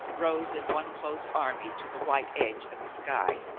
rose in one close army to the white edge of the sky.